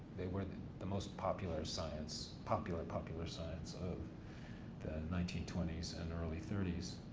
they were the the most popular science. popular, popular science of the nineteen twenty s and early thirty s,